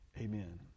Amen